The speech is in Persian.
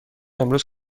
امروز